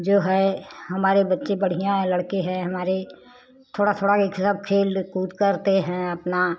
जो है हमारे बच्चे बढ़िया लड़के हैं हमारे थोड़ा थोड़ा एकलब खेल कूद करते हैं अपना